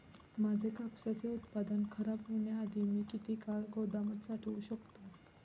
माझे कापसाचे उत्पादन खराब होण्याआधी मी किती काळ गोदामात साठवू शकतो?